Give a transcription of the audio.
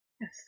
Yes